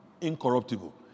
incorruptible